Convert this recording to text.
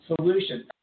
Solution